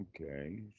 Okay